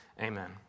Amen